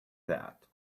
that